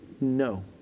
no